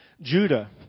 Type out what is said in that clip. Judah